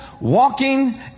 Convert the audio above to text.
walking